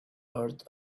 earth